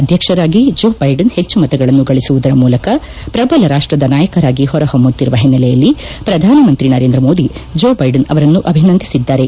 ಅಧ್ಯಕ್ಷರಾಗಿ Joe Biden ಹೆಚ್ಚು ಮತಗಳನ್ನು ಗಳಿಸುವುದರ ಮೂಲಕ ಪ್ರಬಲ ರಾಷ್ಟದ ನಾಯಕರಾಗಿ ಹೊರ ಹೊಮ್ಮುತ್ತಿರುವ ಹಿನ್ನೆಲೆಯಲ್ಲಿ ಪ್ರಧಾನ ಮಂತ್ರಿ ನರೇಂದ್ರ ಮೋದಿ ಜೋ ಬೈಡನ್ ಅವರನ್ನು ಅಭಿನಂದಿಸಿದ್ದಾರೆ